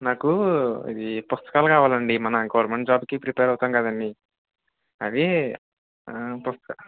నాకు ఇవి పుస్తకాలు కావాలండి మన గవర్నమెంట్ జాబ్కి ప్రిపేర్ అవుతాం కదండి అది పుస్త